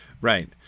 Right